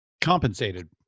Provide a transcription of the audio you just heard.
compensated